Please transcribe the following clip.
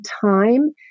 time